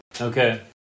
okay